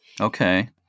Okay